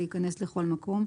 להיכנס לכל מקום,